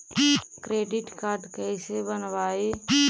Credit card कैसे बनवाई?